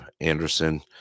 Anderson